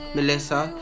Melissa